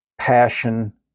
passion